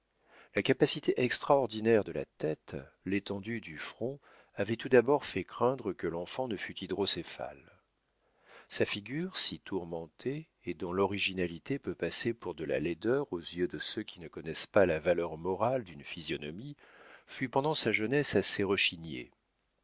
la capacité extraordinaire de la tête l'étendue du front avaient tout d'abord fait craindre que l'enfant ne fût hydrocéphale sa figure si tourmentée et dont l'originalité peut passer pour de la laideur aux yeux de ceux qui ne connaissent pas la valeur morale d'une physionomie fut pendant sa jeunesse assez rechignée